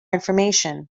information